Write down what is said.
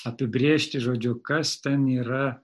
apibrėžti žodžiu kas ten yra